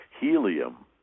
helium